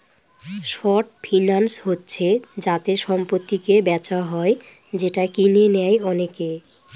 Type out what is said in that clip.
short finance হচ্ছে যাতে সম্পত্তিকে বেচা হয় যেটা কিনে নেয় অনেকে